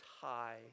high